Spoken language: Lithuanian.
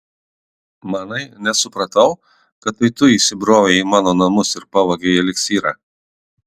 manai nesupratau kad tai tu įsibrovei į mano namus ir pavogei eliksyrą